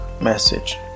message